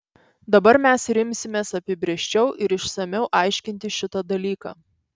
dabar mes ir imsimės apibrėžčiau ir išsamiau aiškinti šitą dalyką